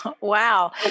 Wow